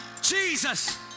Jesus